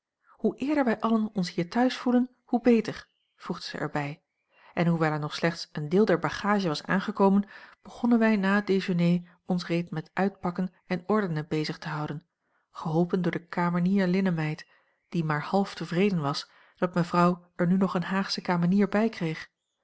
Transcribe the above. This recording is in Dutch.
hoe eerder wij allen ons hier thuis voelen hoe beter voegde zij er bij en hoewel er nog slechts een deel der bagage was aangekomen begonnen wij na het déjeuner ons reeds met uitpakken en ordenen bezig te houden geholpen door de kamenierlinnenmeid die maar half tevreden was dat mevrouw er nu nog eene haagsche kamenier bij kreeg